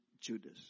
Judas